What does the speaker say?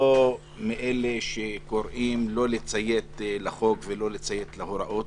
אני לא מאלה שקוראים לא לציית לחוק ולא לציית להוראות.